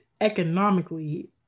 economically